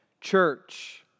church